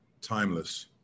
timeless